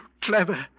clever